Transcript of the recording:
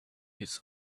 his